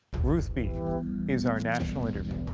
ruth b is our national interview.